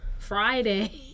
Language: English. friday